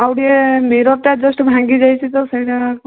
ଆଉ ଟିକେ ମିରର୍ଟା ଜଷ୍ଟ ଭାଙ୍ଗି ଯାଇଛି ତ ସେଇଟା